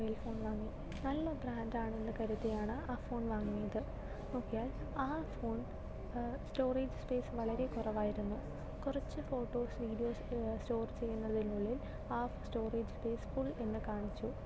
ഞാനൊരു mobile phone വാങ്ങി നല്ലൊരു ബ്രാൻഡാണെന്ന് കരുതിയാണ് ആ ഫോൺ വാങ്ങിയത് നോക്കിയാൽ ആ ഫോൺ സ്റ്റോറേജ് സ്പൈസ് വളരെ കുറവായിരുന്നു കുറച്ച് ഫോട്ടോസ് വീഡിയോസ് സ്റ്റോർ ചെയ്യുന്നതിനുള്ളിൽ ആ സ്റ്റോറേജ് സ്പൈസ് ഫുൾ എന്ന് കാണിച്ചു